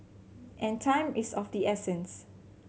and time is of the essence